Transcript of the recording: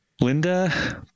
Linda